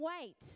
wait